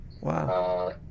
Wow